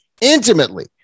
intimately